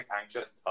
anxious